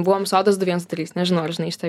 buvom sodas du vienas du trys nežinau ar žinai šitą